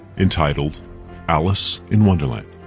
entitled alice in wonderland.